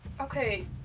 okay